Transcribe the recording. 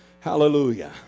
Hallelujah